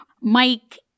Mike